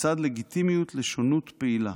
בצד לגיטימיות לשונות פעילה.